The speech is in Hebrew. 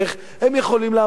הם יכולים לעמוד בזה.